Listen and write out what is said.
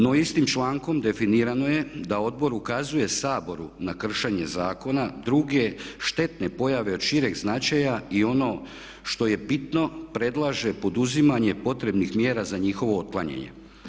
No istim člankom definirano je da odbor ukazuje Saboru na kršenje zakona i druge štetne pojave od šireg značaja i ono što je bitno predlaže poduzimanje potrebnih mjera za njihovo otklanjanje.